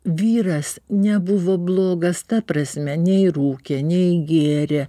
vyras nebuvo blogas ta prasme nei rūkė nei gėrė